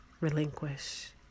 relinquish